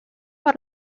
per